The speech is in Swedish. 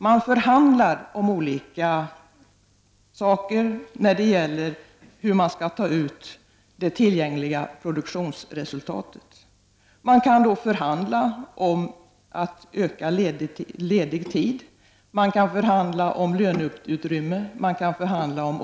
Man förhandlar om olika saker när det gäller hur tillgängliga produktionsresultat skall tas ut. Man kan förhandla om att ta ut mer ledig tid, löneutrymme och annat.